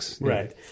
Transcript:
right